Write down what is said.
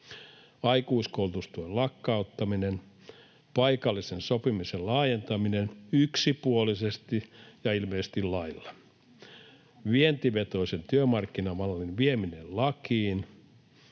aikuiskoulutustuen lakkauttaminen, paikallisen sopimisen laajentaminen — yksipuolisesti ja ilmeisesti lailla — vientivetoisen työmarkkinamallin vieminen lakiin,